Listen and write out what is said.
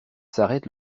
s’arrête